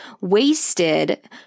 wasted